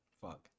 fuck